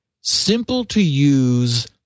simple-to-use